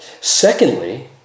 Secondly